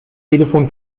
telefon